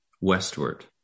westward